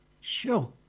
Sure